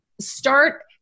start